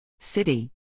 City